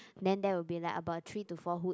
then that will be like about three to four who